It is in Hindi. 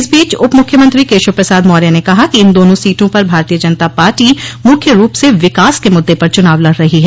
इस बीच उप मुख्यमंत्री केशव प्रसाद मौर्य ने कहा कि इन दोनों सीटों पर भारतीय जनता पार्टी मुख्य रूप से विकास के मुद्द पर चुनाव लड़ रही है